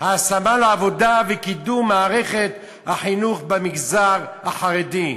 ההשמה לעבודה וקידום מערכת החינוך במגזר החרדי.